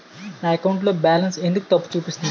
నా అకౌంట్ లో బాలన్స్ ఎందుకు తప్పు చూపిస్తుంది?